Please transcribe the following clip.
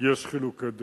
יש חילוקי דעות,